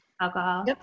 alcohol